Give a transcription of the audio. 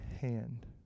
hand